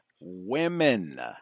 women